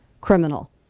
criminal